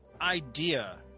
idea